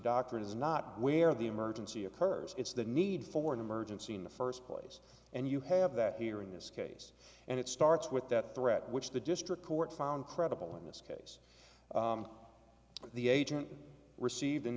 doctor is not where the emergency occurs it's the need for an emergency in the first place and you have that here in this case and it starts with that threat which the district court found credible in this case the agent received in